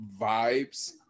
vibes